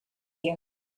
you